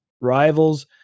Rivals